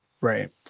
Right